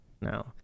No